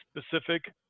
specific